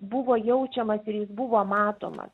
buvo jaučiamas ir jis buvo matomas